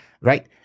right